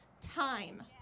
time